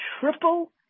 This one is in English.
triple